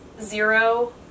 zero